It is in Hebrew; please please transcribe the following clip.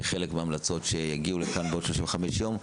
כחלק מההמלצות שיגיעו לכאן בעוד 35 יום,